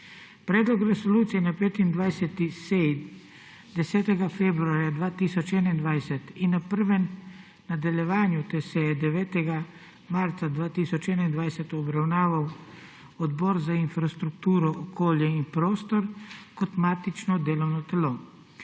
Predlog resolucije je na 25. seji 10. februarja 2021 in na prvem nadaljevanju te seje 9. marca 2021 obravnaval Odbor za infrastrukturo, okolje in prostor kot matično delovno telo.